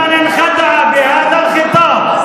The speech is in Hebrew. (אומר דברים בשפה הערבית,